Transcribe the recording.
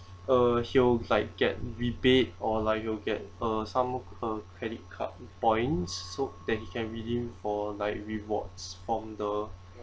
uh he'll like get rebate or like you'll get uh some uh credit card points so that he can redeem for like rewards from the